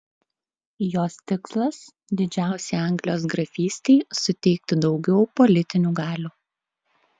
jos tikslas didžiausiai anglijos grafystei suteikti daugiau politinių galių